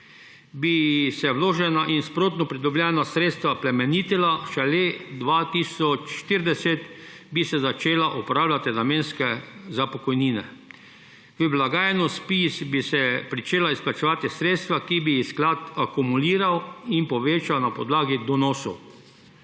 bi se vložena in sprotno pridobljena sredstva plemenitila, šele leta 2040 bi se začela uporabljati namensko za pokojnine. V blagajno ZPIZ bi se pričela vplačevati sredstva, ki bi jih sklad akumuliral in povečal na podlagi donosov.